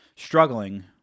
struggling